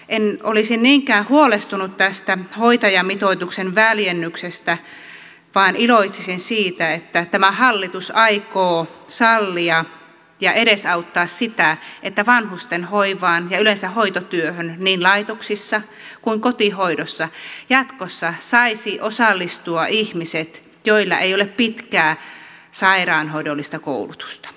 en olisi niinkään huolestunut tästä hoitajamitoituksen väljennyksestä vaan iloitsisin siitä että tämä hallitus aikoo sallia ja edesauttaa sitä että vanhusten hoivaan ja yleensä hoitotyöhön niin laitoksissa kuin kotihoidossa jatkossa saisivat osallistua ihmiset joilla ei ole pitkää sairaanhoidollista koulutusta